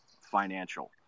financial